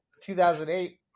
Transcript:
2008